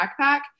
backpack